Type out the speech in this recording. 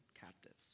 captives